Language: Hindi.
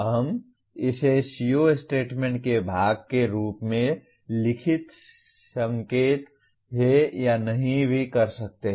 हम इसे CO स्टेटमेंट के भाग के रूप में लिख सकते हैं या नहीं भी कर सकते हैं